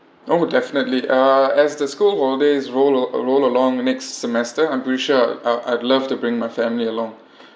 oh definitely uh as the school holidays roll roll along the next semester I'm pretty sure I I'd love to bring my family along